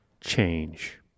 change